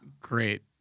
Great